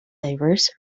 diverse